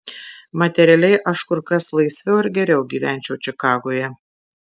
materialiai aš kur kas laisviau ir geriau gyvenčiau čikagoje